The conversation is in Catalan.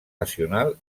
nacional